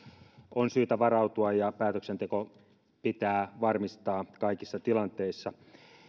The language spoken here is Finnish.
on syytä varautua ja päätöksenteko pitää varmistaa kaikissa tilanteissa